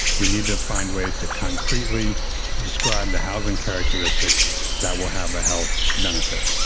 we need to find ways to concretely describe the housing characteristics that will have a health benefit.